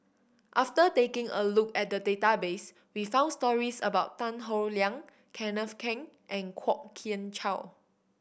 after taking a look at the database we found stories about Tan Howe Liang Kenneth Keng and Kwok Kian Chow